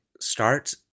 Start